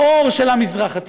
האור של המזרח התיכון,